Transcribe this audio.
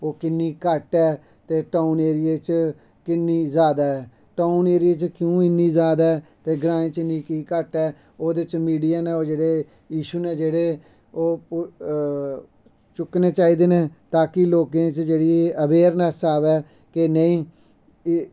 ओह् किन्नी धट्ट ऐ ते टाऊन एरिये च किन्नी जैदा ऐ टाऊन एरियै च क्यों इन्नी जादै ते ग्राएं च क्यों इन्नी घट्ट ऐ ओह्दे च मिडिया ने क्युशन न जेह्ड़े चुक्कने चाहिदे न तां कि लोकें च जेह्ड़ी अवेयरनैस्स अ'वै ते नेईं